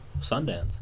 Sundance